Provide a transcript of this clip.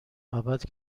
ابد